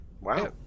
Wow